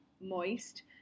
moist